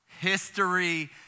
history